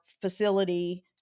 facility